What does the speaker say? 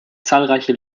zahlreiche